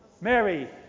Mary